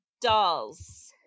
dolls